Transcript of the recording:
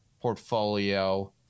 portfolio